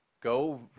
go